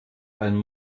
ein